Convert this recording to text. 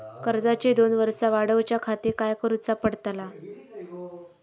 कर्जाची दोन वर्सा वाढवच्याखाती काय करुचा पडताला?